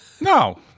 No